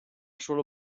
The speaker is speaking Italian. solo